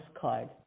card